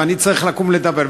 ואני צריך לקום לדבר,